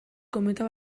kometa